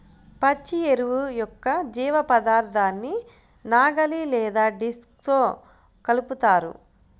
పచ్చి ఎరువు యొక్క జీవపదార్థాన్ని నాగలి లేదా డిస్క్తో కలుపుతారు